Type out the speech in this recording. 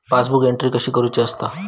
Passbook entry कशी करुची असता?